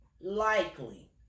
likely